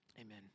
Amen